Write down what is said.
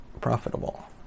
profitable